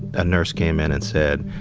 a nurse came in and said,